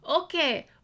okay